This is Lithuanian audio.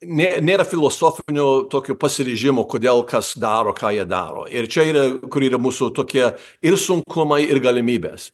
nė nėra filosofinio tokio pasiryžimo kodėl kas daro ką jie daro ir čia yra kur yra mūsų tokie ir sunkumai ir galimybės